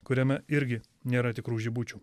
kuriame irgi nėra tikrų žibučių